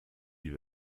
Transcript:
die